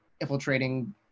infiltrating